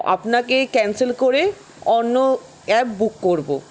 আপনাকে ক্যান্সেল করে অন্য ক্যাব বুক করব